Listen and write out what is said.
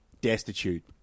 destitute